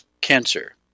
cancer